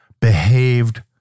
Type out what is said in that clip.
behaved